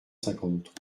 cinquante